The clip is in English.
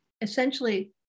essentially